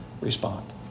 respond